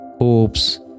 hopes